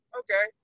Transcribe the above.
okay